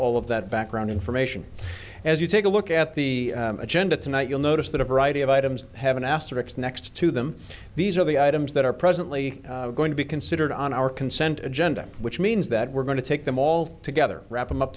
all of that background information as you take a look at the agenda tonight you'll notice that a variety of items have an asterisk next to them these are the items that are presently going to be considered on our consent agenda which means that we're going to take them all together wrap them up